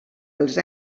els